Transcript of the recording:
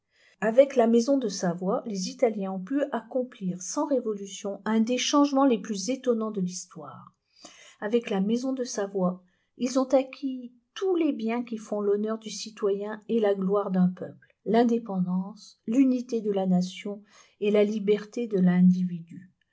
avec la maison de savoie les italiens ont pu accomplir sans révolution un des changements les plus étonnants de l'histoire avec la maison de savoie ils ont acquis tous les biens qui font l'honneur du citoyen et la gloire d'un peuple l'indépendance l'unité de la nation et la liberté de l'individu